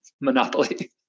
monopoly